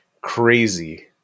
crazy